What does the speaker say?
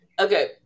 Okay